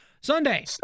Sunday